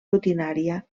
rutinària